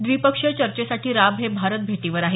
द्विपक्षीय चर्चेसाठी राब हे भारत भेटीवर आहेत